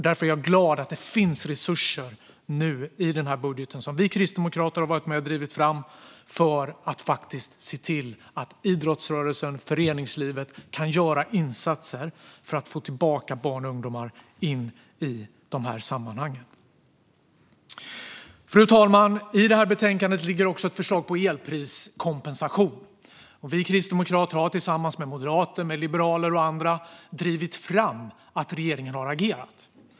Därför är jag glad att det finns resurser i den här budgeten som vi kristdemokrater har varit med och drivit fram för att se till att idrottsrörelsen och föreningslivet kan göra insatser för att få tillbaka barn och ungdomar in i de här sammanhangen. Fru talman! I betänkandet finns också ett förslag på elpriskompensation. Vi kristdemokrater har tillsammans med moderater, liberaler och andra drivit fram att regeringen har agerat.